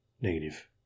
Negative